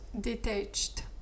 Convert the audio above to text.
detached